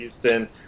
Houston